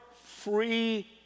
free